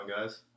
guys